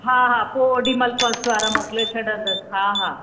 हा हा पोइ ओॾी महिल फ़र्स्ट वारा मोकिले छॾंदसि हा हा